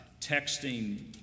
texting